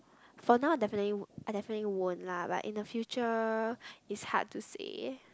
for now definitely I definitely won't lah but in the future it's hard to say